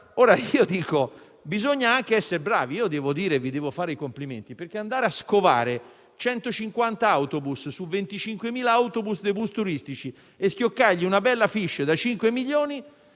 Ora io dico che bisogna anche essere bravi. Vi devo fare i complimenti perché andare a scovare 150 autobus sui 25.000 bus turistici e schioccargli una bella *fiche* da 5 milioni